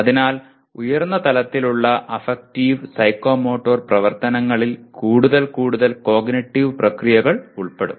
അതിനാൽ ഉയർന്ന തലത്തിലുള്ള അഫക്റ്റീവ് സൈക്കോമോട്ടോർ പ്രവർത്തനങ്ങളിൽ കൂടുതൽ കൂടുതൽ കോഗ്നിറ്റീവ് പ്രക്രിയകൾ ഉൾപ്പെടും